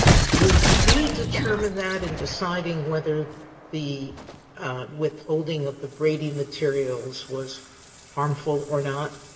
do we determine that in deciding whether the withholding of the brady materials was harmful or not?